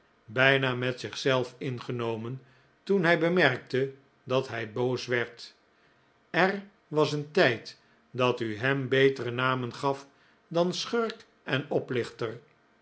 bijna met zichzelf ingenomen toen hij bemerkte dat hij boos werd er was een tijd dat u hem betere namen gaf dan schurk en oplichter